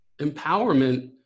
Empowerment